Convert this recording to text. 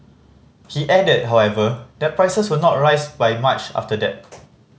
he added however that prices will not rise by much after that